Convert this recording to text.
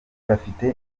bafite